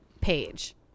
page